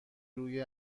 روی